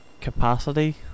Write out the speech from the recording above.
capacity